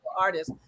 artists